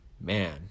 Man